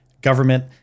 government